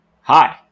hi